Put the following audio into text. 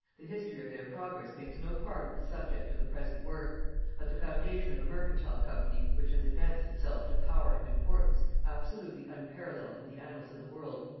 the history of their progress makes no part of the subject of the present work but the foundation of a mercantile company which has advanced itself to power and importance absolutely unparalleled in the annals of the world,